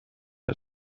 are